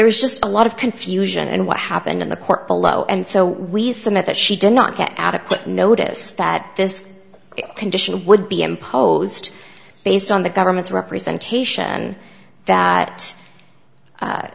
is just a lot of confusion and what happened in the court below and so we submit that she did not get adequate notice that this condition would be imposed based on the government's representation and that